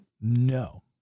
no